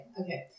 okay